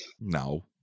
No